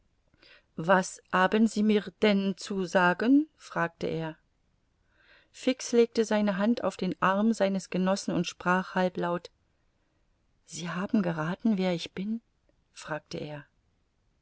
was haben sie mir denn zu sagen fragte er fix legte seine hand auf den arm seines genossen und sprach halblaut sie haben gerathen wer ich bin fragte er